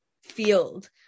field